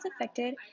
affected